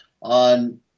on